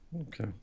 Okay